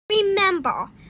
Remember